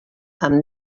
amb